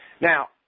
Now